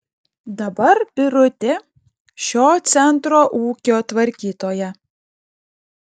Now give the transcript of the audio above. dabar birutė šio centro ūkio tvarkytoja